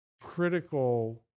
critical